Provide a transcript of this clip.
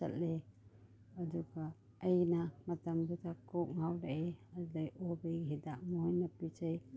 ꯆꯠꯂꯤ ꯑꯗꯨꯒ ꯑꯩꯅ ꯃꯇꯝꯗꯨꯗ ꯀꯣꯛ ꯉꯥꯎꯔꯛꯏ ꯑꯗꯨꯗꯒꯤ ꯑꯣꯕꯒꯤ ꯍꯤꯗꯥꯛ ꯃꯣꯏꯅ ꯄꯤꯖꯩ